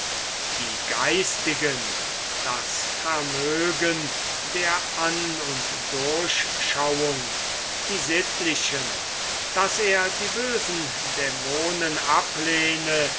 die geistigen das vermögen der an und durchschauung die sittlichen daß er die bösen dämonen ablehne